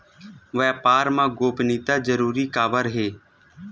व्यापार मा गोपनीयता जरूरी काबर हे?